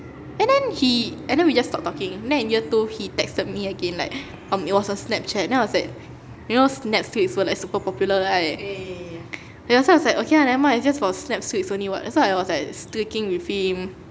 and then he and then we just stopped talking and then in year two he texted me again like um it was a snapchat then I was like you know snap streaks were like super popular right then so I was like okay ah never mind it's just for snap streaks only [what] so I was like streaking with him